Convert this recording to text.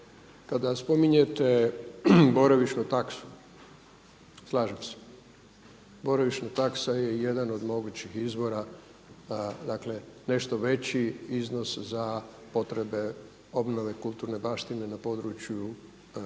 Kada spominjete boravišnu taksu slažem se. Boravišna taksa je jedan od mogućih izvora, dakle nešto veći iznos za potrebe obnove kulturne baštine na području